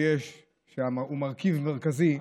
שהם מרכיב מרכזי.